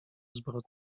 zbrodni